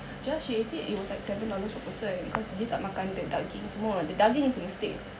jaz she ate it it was like seven dollar per person cause dia tak makan the daging semua the daging is a mistake